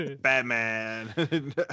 Batman